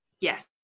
Yes